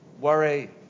worry